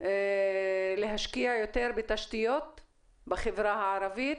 להשקיע יותר בתשתיות בחברה הערבית?